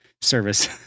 service